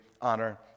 honor